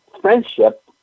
friendship